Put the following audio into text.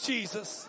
Jesus